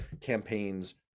campaigns